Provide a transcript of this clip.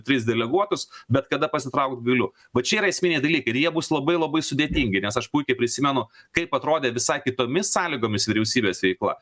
tris deleguotus bet kada pasitraukt galiu va čia yra esminiai dalykai ir jie bus labai labai sudėtingi nes aš puikiai prisimenu kaip atrodė visai kitomis sąlygomis vyriausybės veikla